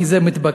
כי זה מתבקש.